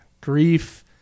Grief